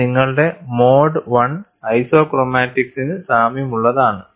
ഇത് നിങ്ങളുടെ mode I ഐസോക്രോമാറ്റിക്സ്സിനു സാമ്യമുള്ളതാണ്